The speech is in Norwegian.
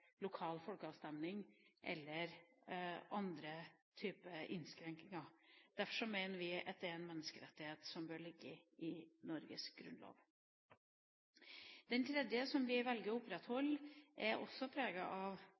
lokal folkeavstemning eller hvor det foretas andre typer innskrenkninger. Derfor mener vi det er en menneskerettighet som bør ligge i Norges grunnlov. Det tredje forslaget som vi velger å opprettholde, er også preget av